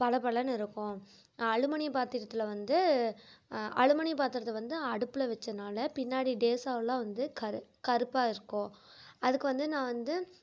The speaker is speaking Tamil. பளபளன்னு இருக்கும் அலுமினியம் பாத்திரத்தில் வந்து அலுமினியம் பாத்திரத்தை வந்து அடுப்பில் வச்சதுனால் பின்னாடி டேஸாவுலாம் வந்து கரு கருப்பாக இருக்கும் அதுக்கு வந்து நான் வந்து